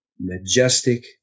majestic